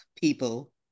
people